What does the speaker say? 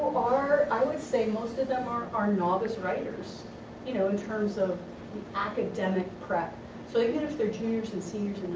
are i would say most of them are are novice writers you know in terms of academic prep so you can if they're juniors and seniors